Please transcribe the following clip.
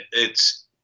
it's-